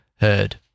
heard